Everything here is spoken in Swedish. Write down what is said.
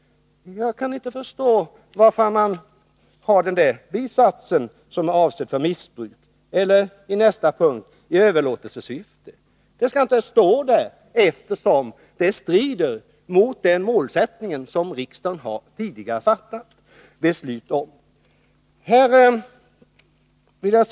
Jag kan inte förstå varför man har tagit med bisatsen ”som är avsedd för missbruk”, eller varför man i nästa punkt skriver ”i överlåtelsesyfte”. Detta skall inte stå i lagtexten, för det strider mot den målsättning som riksdagen tidigare har fattat beslut om.